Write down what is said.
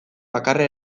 bakarra